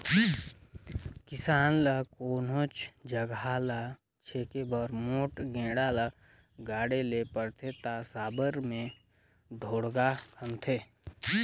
किसान ल कोनोच जगहा ल छेके बर मोट गेड़ा ल गाड़े ले परथे ता साबर मे ढोड़गा खनथे